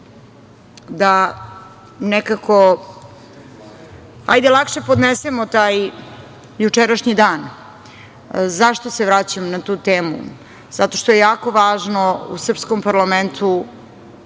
da nekako lakše podnesemo taj jučerašnji dan. Zašto se vraćam na tu temu? Zato što je jako važno u srpskom parlamentu,